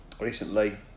recently